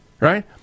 right